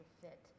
fit